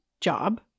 job